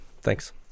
Thanks